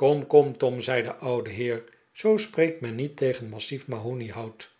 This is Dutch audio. kom kom tom zei de oude heer zoo spreekt men niet tegen massief mahoniehout